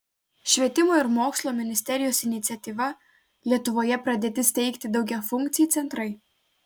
švietimo ir mokslo ministerijos iniciatyva lietuvoje pradėti steigti daugiafunkciai centrai